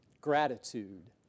gratitude